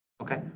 Okay